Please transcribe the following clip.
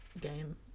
game